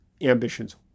ambitions